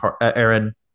Aaron